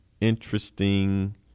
interesting